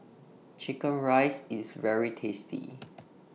Chicken Rice IS very tasty